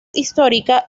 histórica